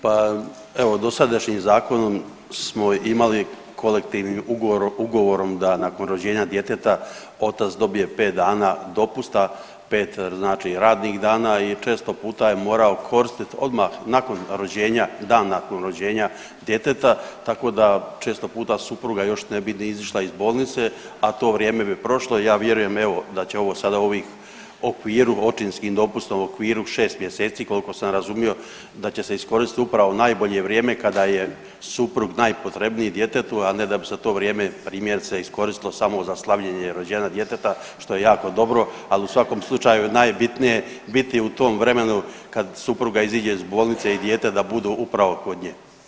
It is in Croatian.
Pa evo dosadašnjim zakonom smo imali kolektivni ugovorom da nakon rođenja djeteta otac dobije 5 dana dopusta, 5 znači radnih dana i često puta je morao koristiti odmah nakon rođenja, dan nakon rođenja djeteta, tako da često puta supruga još ne bi ni izišla iz bolnice, a to vrijeme bi prošlo, ja vjerujem evo, da će ovo sada ovih u okviru očinskim dopustom, okviru 6 mjeseci koliko sam razumio, da će se iskoristiti upravo najbolje vrijeme kada je suprug najpotrebniji djetetu, a ne da bi za to vrijeme, primjerice, iskoristilo samo za slavljenje rođenja djeteta, što je jako dobro, ali u svakom slučaju najbitnije u tom vremenu kad supruga iziđe iz bolnice i dijete da budu upravo kod nje.